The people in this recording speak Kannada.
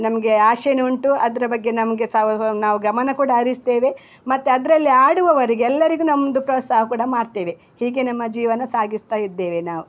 ನಮಗೆ ಆಸೆನು ಉಂಟು ಅದರ ಬಗ್ಗೆ ನಮಗೆ ನಾವು ಗಮನ ಕೂಡ ಹರಿಸ್ತೇವೆ ಮತ್ತು ಅದರಲ್ಲಿ ಆಡುವವರಿಗೆ ಎಲ್ಲರಿಗೂ ನಮ್ಮದು ಪ್ರೋತ್ಸಾಹ ಕೂಡ ಮಾಡ್ತೇವೆ ಹೀಗೆ ನಮ್ಮ ಜೀವನ ಸಾಗಿಸ್ತಾ ಇದ್ದೇವೆ ನಾವು